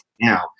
now